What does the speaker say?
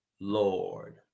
Lord